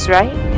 right